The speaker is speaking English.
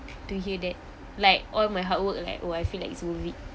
to hear that like all my hard work like !wah! I feel like is worth